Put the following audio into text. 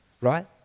right